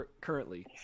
currently